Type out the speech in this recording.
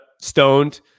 stoned